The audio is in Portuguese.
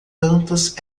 tantos